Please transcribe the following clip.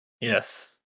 Yes